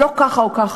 זה לא ככה או ככה.